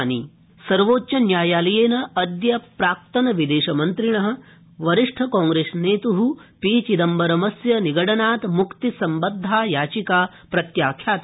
सर्वोच्चन्यायालय चिदम्बरम सर्वोच्चन्यायालयेन अदय प्राक्तन् विदेशमन्त्रिण वरिष्ठ कांग्रेसनेत पी चिदम्बरमस्य निगडनात् मुक्तिसम्बदधा याचिका प्रत्याख्याता